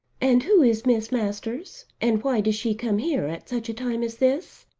and who is miss masters and why does she come here at such a time as this?